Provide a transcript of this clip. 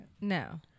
No